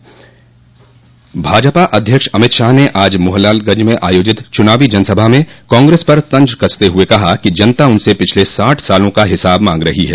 वहीं भाजपा अध्यक्ष अमित शाह ने आज मोहनलालगंज में चुनावी जनसभा में कांग्रेस पर तंज कसते हुये कहा कि उनसे पिछले साठ सालों का हिसाब जनता मांग रही है